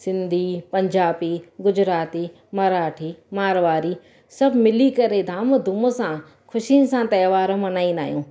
सिंधी पंजाबी गुजराती मराठी मारवाड़ी सभु मिली करे धाम धूम सां ख़ुशियुनि सां त्योहार मल्हाईंदा आहियूं